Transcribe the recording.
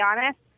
honest